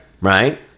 Right